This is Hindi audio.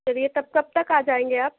चलिए तब तक आ जाएँगे आप